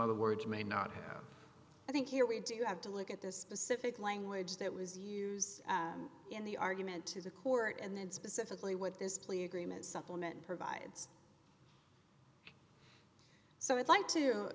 other words may not have i think here we do have to look at the specific language that was use in the argument to the court and then specifically what this plea agreement supplement provides so i'd like to